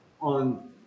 on